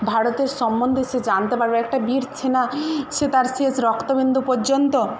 ভারতের সম্বন্ধে সে জানতে পারবে একটা বীর সেনা সে তার শেষ রক্ত বিন্দু পর্যন্ত